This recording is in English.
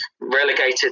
relegated